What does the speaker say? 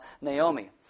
Naomi